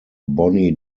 bonnie